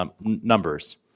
numbers